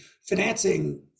financing